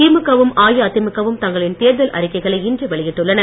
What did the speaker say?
திமுக வும் அஇஅதிமுக வும் தங்களின் தேர்தல் அறிக்கைகளை இன்று வெளியிட்டுள்ளன